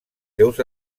seus